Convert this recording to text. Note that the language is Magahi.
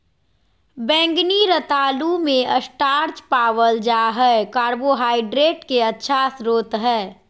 बैंगनी रतालू मे स्टार्च पावल जा हय कार्बोहाइड्रेट के अच्छा स्रोत हय